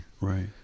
right